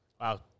Wow